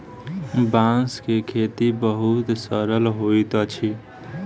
बांस के खेती बहुत सरल होइत अछि